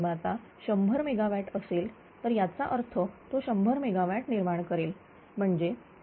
जर निर्माता 100 MW असेल तर याचा अर्थ तो 100 MW निर्माण करेल म्हणजे